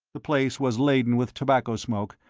the place was laden with tobacco smoke,